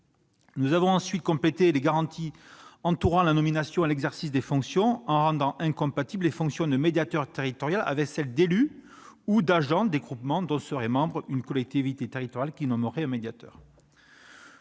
Nous avons ensuite complété les garanties entourant la nomination et l'exercice des fonctions, en rendant incompatibles les fonctions de médiateur territorial avec celles d'élus ou d'agents des groupements dont serait membre une collectivité territoriale nommant un médiateur.